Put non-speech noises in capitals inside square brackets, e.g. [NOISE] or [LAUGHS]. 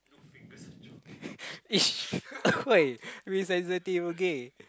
[LAUGHS] [NOISE] [oi] be sensitive okay